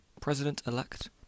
president-elect